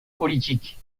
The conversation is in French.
politique